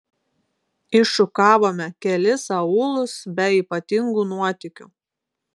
iššukavome kelis aūlus be ypatingų nuotykių